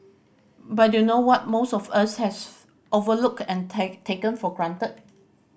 but you know what most of us has overlooked and take taken for granted